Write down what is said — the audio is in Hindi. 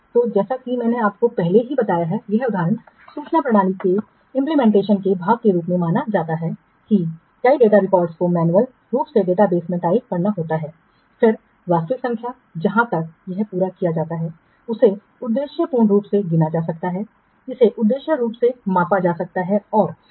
तो जैसा कि मैंने आपको पहले ही बताया है यह उदाहरण सूचना प्रणाली के कार्यान्वयन के भाग के रूप में माना जाता है कि कई डेटा रिकॉर्ड को मैन्युअल रूप से डेटाबेस में टाइप करना होता है फिर वास्तविक संख्या जहाँ तक यह पूरा किया जाता है इसे उद्देश्यपूर्ण रूप से गिना जा सकता है इसे उद्देश्यपूर्ण रूप से मापा जा सकता है और फिर